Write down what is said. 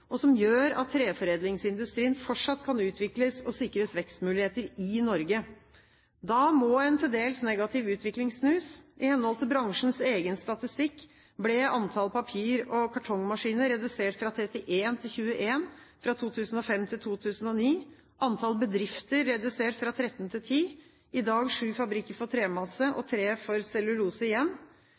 som gjør at treforedlingsindustrien fortsatt kan utvikles og sikres vekstmuligheter i Norge. Da må en til dels negativ utvikling snus. I henhold til bransjens egen statistikk ble antall papir- og kartongmaskiner redusert fra 31 til 21 fra 2005 til 2009. Antall bedrifter ble redusert fra 13 til ti. Det er i dag sju fabrikker for tremasse og tre for cellulose igjen.